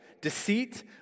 deceit